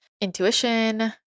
intuition